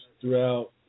throughout